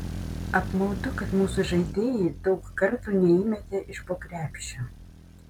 apmaudu kad mūsų žaidėjai daug kartų neįmetė iš po krepšio